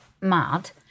mad